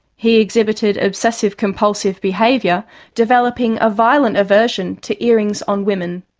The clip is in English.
he exhibited obsessive-compulsive behaviour developing a violent aversion to earrings on women,